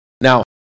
Now